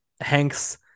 Hanks